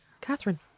Catherine